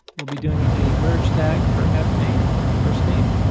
we'll be doing a merge tag for f name, first name.